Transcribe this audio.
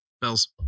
Bells